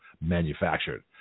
manufactured